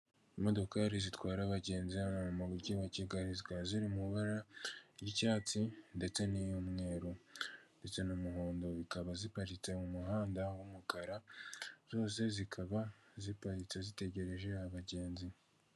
Imodokari zitwara abagenzi hano mu mujyi wa Kigali, zikaba ziri mu ibara ry'icyatsi, ndetse n'iyumweru ndetse n'umuhondo. Zikaba ziparitse mu muhanda, w'umukara, zose zikaba ziparitse zitegereje abagenzi.